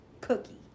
cookie